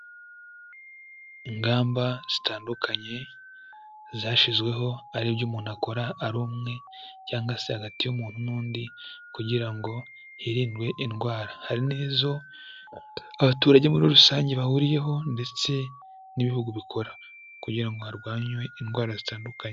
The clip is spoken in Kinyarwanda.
Ingamba zitandukanye zashyizweho ari byo umuntu akora ari umwe cyangwa se hagati y'umuntu n'undi kugira ngo hirindwe indwara. Hari n'izo abaturage muri rusange bahuriyeho ndetse n'ibihugu bikora, kugira ngo harwanwe indwara zitandukanye.